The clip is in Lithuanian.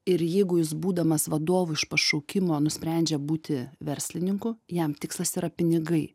ir jeigu jis būdamas vadovu iš pašaukimo nusprendžia būti verslininku jam tikslas yra pinigai